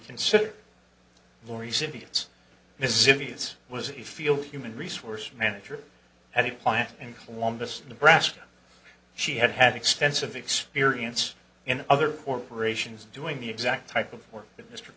considered laurie's idiots mississippi's was a field human resource manager at a plant in columbus nebraska she had had extensive experience in other corporations doing the exact type of work that mr